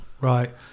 Right